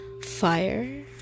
fire